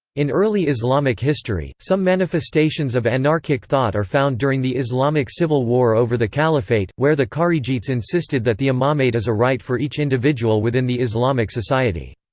in early islamic history, some manifestations of anarchic thought are found during the islamic civil war over the caliphate, where the kharijites insisted that the imamate is a right for each individual within the islamic society.